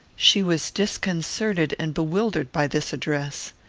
she was disconcerted and bewildered by this address.